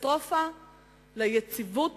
קטסטרופה ליציבות